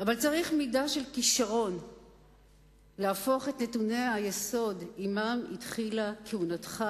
אבל צריך מידה של כשרון להפוך את נתוני היסוד שעמם התחילה כהונתך